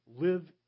live